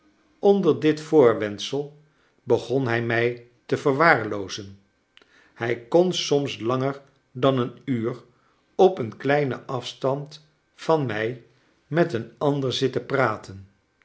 onder dit voorwendsel begon hij mij te verwaarloozen hij kon soms langer dan een uur op een kleinen af stand van mij met een ander zitten praten